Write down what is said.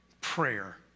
prayer